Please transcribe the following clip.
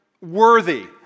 worthy